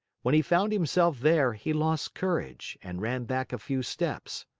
when he found himself there, he lost courage and ran back a few steps.